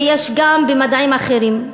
ויש גם במדעים אחרים.